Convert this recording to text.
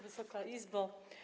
Wysoka Izbo!